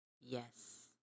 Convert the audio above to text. Yes